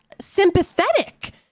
sympathetic